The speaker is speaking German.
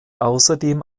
außerdem